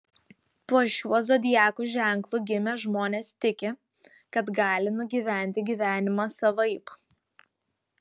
po šiuo zodiako ženklu gimę žmonės tiki kad gali nugyventi gyvenimą savaip